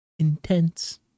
Intense